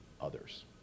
others